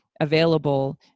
available